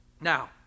Now